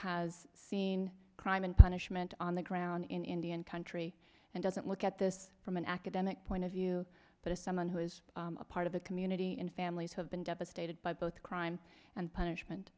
has seen crime and punishment on the ground in indian country and doesn't look at this from an academic point of view but as someone who is a part of the community and families have been devastated by both crime and punishment